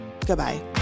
Goodbye